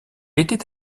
était